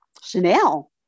Chanel